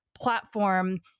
platform